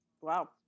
Wow